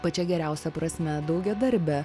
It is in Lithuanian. pačia geriausia prasme draugiadarbę